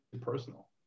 personal